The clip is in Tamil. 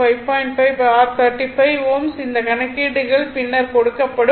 5 r 35 Ω இந்த கணக்கீடுகள் பின்னர் கொடுக்கப்படும்